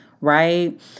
Right